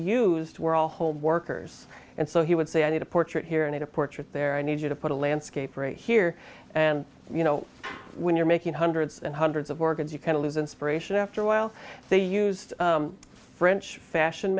used were all home workers and so he would say i need a portrait here and a portrait there i need you to put a landscape right here and you know when you're making hundreds and hundreds of organs you can lose inspiration after a while they used french fashion